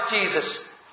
Jesus